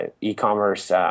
e-commerce